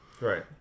right